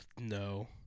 No